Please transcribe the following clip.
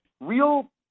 real